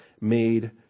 made